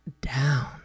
down